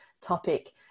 topic